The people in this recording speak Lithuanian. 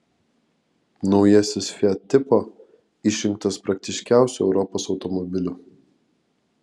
naujasis fiat tipo išrinktas praktiškiausiu europos automobiliu